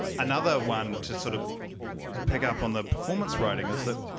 another one to sort of pick up on the performance rating is that